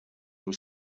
were